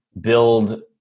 build